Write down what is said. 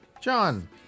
John